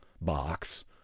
box